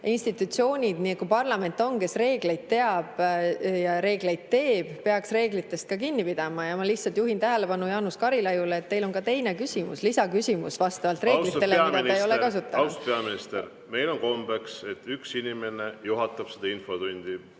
institutsioon nagu parlament, kes reegleid teab ja reegleid teeb, peaks reeglitest ka kinni pidama. Ja ma lihtsalt juhin tähelepanu Jaanus Karilaiule, et vastavalt reeglitele on teil ka teine küsimus, lisaküsimus, mida te ei ole kasutanud. Austatud peaminister! Meil on kombeks, et üks inimene juhatab seda infotundi.